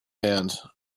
hand